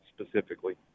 specifically